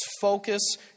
focus